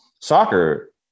Soccer